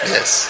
Yes